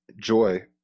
joy